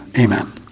amen